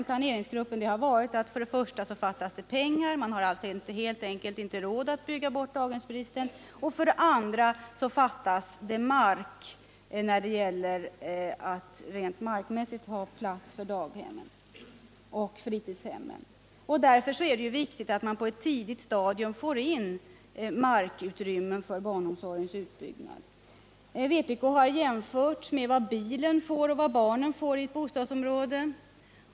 Planeringsgruppen har svarat att det för det första fattas pengar — man har helt enkelt inte råd att bygga bort daghemsbristen — och för det andra fattas mark för daghemmen och fritidshemmen. Därför är det viktigt att man på ett tidigt stadium får mark för barnomsorgens utbyggnad. Vpk har jämfört vad bilen och barnen får i bostadsområden.